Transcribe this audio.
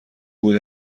بود